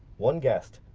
one guest,